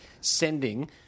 sending